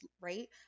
right